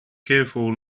careful